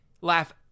laugh